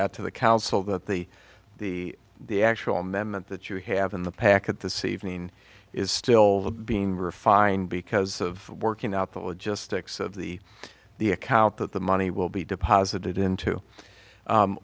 council that the the the actual memet that you have in the packet the c evening is still being refined because of working out the logistics of the the account that the money will be deposited into